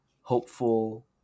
hopeful